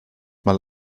mal